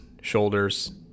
shoulders